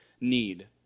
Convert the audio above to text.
need